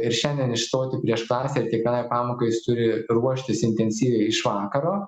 ir šiandien išstoti prieš klasę ir kiekvienai pamokai jis turi ruoštis intensyviai iš vakaro